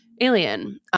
Alien